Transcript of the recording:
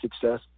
success